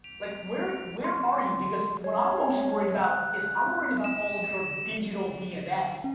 like where where are you? because what i'm most worried about, is i'm worried about all of your digital dna.